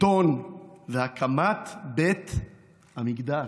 השלטון והקמת בית המקדש.